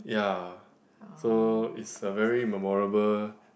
yes so is a very memorable